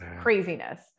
craziness